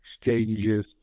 exchanges